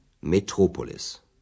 Metropolis